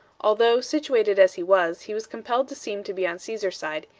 although, situated as he was, he was compelled to seem to be on caesar's side,